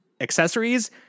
accessories